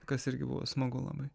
kas irgi buvo smagu labai